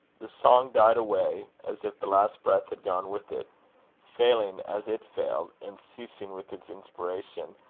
the song died away as if the last breath had gone with it failing as it failed, and ceasing with its inspiration,